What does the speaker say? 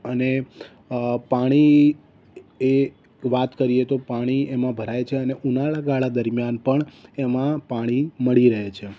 અને અ પાણી એ વાત કરીએ તો પાણી એમાં ભરાય છે અને ઉનાળા ગાળા દરમિયાન પણ એમાં પાણી મળી રહે છે